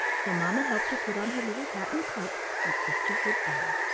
so mamma helped her put on her little hat and coat and kissed her good-bye.